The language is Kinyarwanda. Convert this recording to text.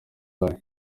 uhari